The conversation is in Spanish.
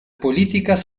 políticas